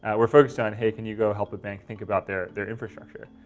we're focused on, hey, can you go help the bank think about their their infrastructure?